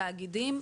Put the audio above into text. התשפ"א-2021.